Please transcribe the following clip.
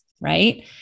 right